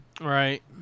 Right